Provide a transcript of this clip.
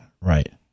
Right